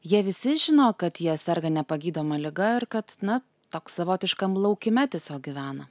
jie visi žino kad jie serga nepagydoma liga ir kad na toks savotiškam laukime tiesiog gyvena